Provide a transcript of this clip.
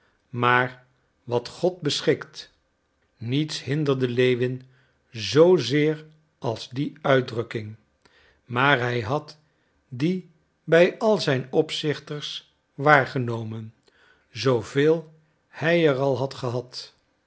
maar wat god beschikt niets hinderde lewin zoozeer als die uitdrukking maar hij had die bij al zijn opzichters waargenomen zooveel hij er al had gehad